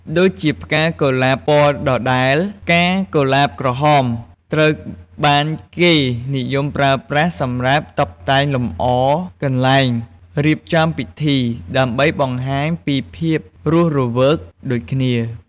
ដូចជាផ្កាកុលាបពណ៌ដដែរ ផ្កាកុលាបក្រហមត្រូវបានគេនិយមប្រើប្រាស់សម្រាប់ តុបតែងលម្អកន្លែងរៀបចំពិធី ដើម្បីបង្ហាញពីភាពរស់រវើកដូចគ្នា។